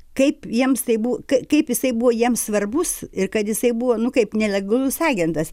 kaip jiems tai bu kai kaip jisai buvo jiems svarbus ir kad jisai buvo nu kaip nelegalus agentas